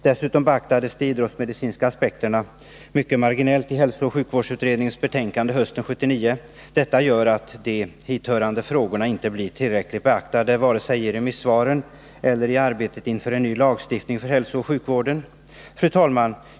Dessutom beaktades de idrottsmedicinska aspekterna mycket marginellt i hälsooch sjukvårdsutredningens betänkande hösten 1979. Detta gör att de hithörande frågorna inte blir tillräckligt beaktade vare sig i remissvaren eller i arbetet inför en ny lagstiftning för hälsooch sjukvården. Fru talman!